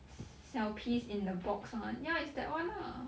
s~ 小 piece in the box [one] ya it's that [one] lah